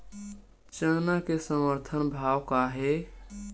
चना के समर्थन भाव का हे?